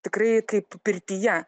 tikrai kaip pirtyje